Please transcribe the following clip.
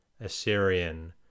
Assyrian